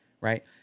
right